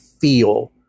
feel